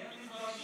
כי הם מתביישים.